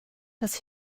das